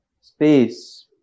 space